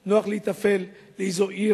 נוח להיטפל לקריית-מלאכי, נוח להיטפל לאיזו עיר